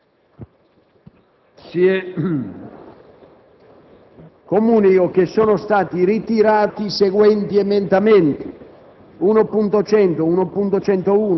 Comunico che sono stati ritirati i seguenti emendamenti: